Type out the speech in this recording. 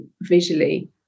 visually